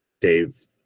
Dave